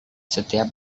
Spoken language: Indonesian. setiap